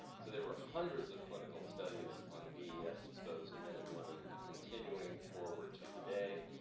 so there were hundreds of clinical studies on des-exposed men and women continuing forward to today.